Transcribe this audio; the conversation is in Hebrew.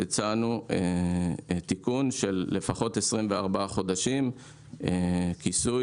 הצענו תיקון של לפחות 24 חודשים כיסוי